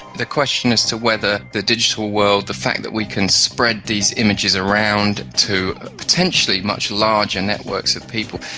the question as to whether the digital world, the fact that we can spread these images around to potentially much larger networks of people,